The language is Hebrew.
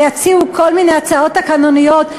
ויציעו כל מיני הצעות תקנוניות,